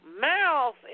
Mouth